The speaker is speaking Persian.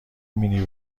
مینی